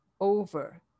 over